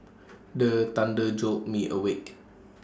the thunder jolt me awake